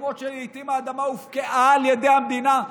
במקומות שלעיתים האדמה הופקעה על ידי המדינה.